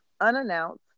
unannounced